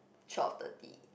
twelve thirty